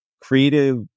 creative